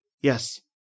Yes